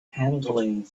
handling